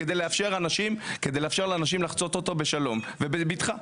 כדי לאפשר לאנשים לחצות אותו בשלום ובבטחה.